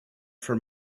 for